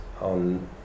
on